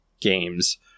games